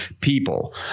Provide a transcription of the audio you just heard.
People